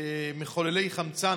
מחוללי חמצן,